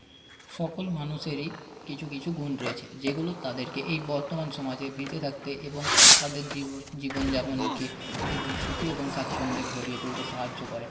সকল মানুষেরই কিছু কিছু গুণ রয়েছে যেগুলো তাদেরকে এই বর্তমান সমাজে বেঁচে থাকতে এবং তাদের জীবনযাপনকে এবং সুখে এবং স্বাচ্ছন্দ্যে ভরিয়ে তুলতে সাহায্য করে